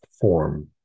form